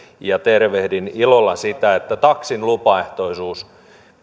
ja tervehdin ilolla sitä että taksin lupaehtoisuus